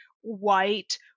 white